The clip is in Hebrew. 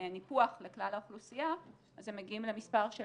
ניפוח לכלל האוכלוסייה אז הם מגיעים למספר של